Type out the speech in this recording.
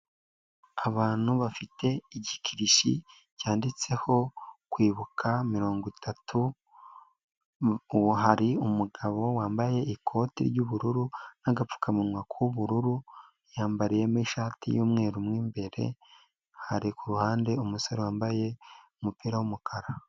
Abantu bafite igikinishi cyanditseho Kwibuka 30, ubu hari umugabo wambaye ikote ry'ubururu n'agapfukamunwa k'ubururu, yambariyemo ishati y'umweru mo imbere, hari ku ruhande umusore wambaye umupira w'umukara.